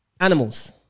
Animals